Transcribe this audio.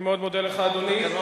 אני מאוד מודה לך, אדוני.